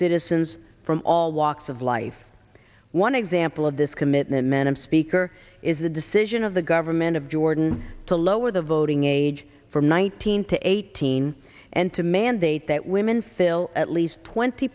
citizens from all walks of life one example of this commitment menem speaker is the decision of the government of jordan to lower the voting age from nineteen to eighteen and to mandate that women fill at least twenty